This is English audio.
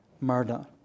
murder